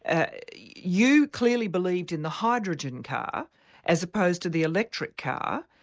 ah you clearly believed in the hydrogen car as opposed to the electric car,